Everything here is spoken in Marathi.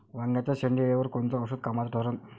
वांग्याच्या शेंडेअळीवर कोनचं औषध कामाचं ठरन?